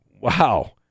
wow